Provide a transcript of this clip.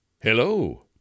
Hello